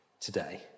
today